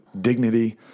dignity